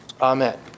Amen